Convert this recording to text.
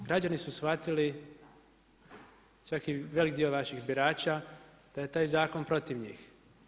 Građani su shvatili, čak i velik dio vaših birača da je taj zakon protiv njih.